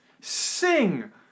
Sing